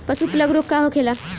पशु प्लग रोग का होखेला?